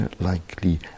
likely